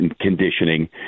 conditioning